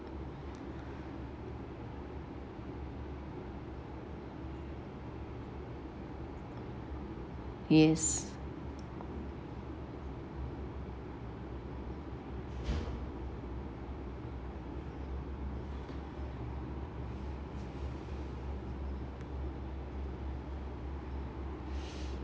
yes